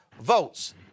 votes